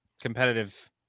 competitive